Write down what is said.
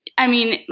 i mean,